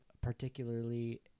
particularly